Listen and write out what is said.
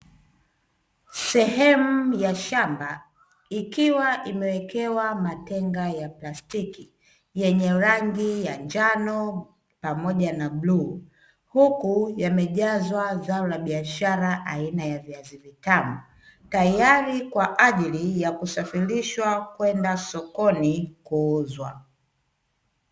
Sehemu ya shamba ikiwa imewekewa matenga ya plastiki, yenye rangi ya njano pamoja na bluu, huku yamejazwa zao la biashara aina ya viazi vitamu, tayari kwa ajili ya kusafirishwa, kwenda sokoni kuuzwa.